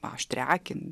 aštrią akį